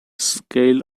scale